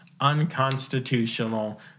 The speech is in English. unconstitutional